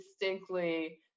distinctly